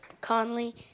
Conley